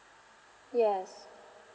yes